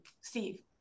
Steve